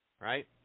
right